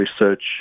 research